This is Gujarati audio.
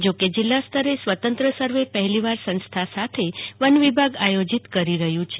જો કે જિલ્લા સ્તરે સ્વતંત્ર સર્વે પહેલીવાર સંસ્થા સાથે વનવિભાગ આયોજિત કરી રહ્યું છે